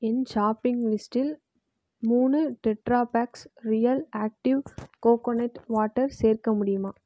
என் shopping லிஸ்டில் மூணு tetra packs real active coconut water சேர்க்க முடியுமா